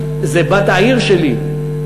זה בת העיר שלי,